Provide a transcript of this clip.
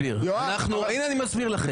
הינה אני מסביר לכם.